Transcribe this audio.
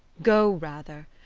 go, rather,